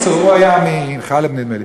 הוא היה מחאלב, נדמה לי.